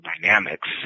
dynamics